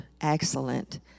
excellent